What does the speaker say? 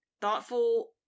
Thoughtful